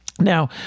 Now